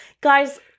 Guys